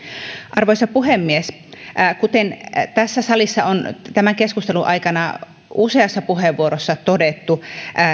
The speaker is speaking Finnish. arvoisa puhemies kuten tässä salissa on tämän keskustelun aikana useassa puheenvuorossa todettu